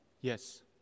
Yes